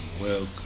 welcome